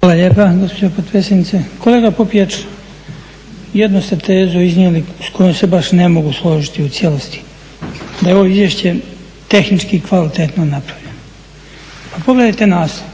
Hvala lijepa gospođo potpredsjednice. Kolega Popijač, jednu ste tezu iznijeli s kojom se baš ne mogu složiti u cijelosti, da je ovo izvješće tehnički kvalitetno napravljeno. Pa pogledajte naslov,